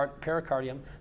pericardium